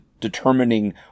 determining